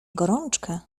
gorączkę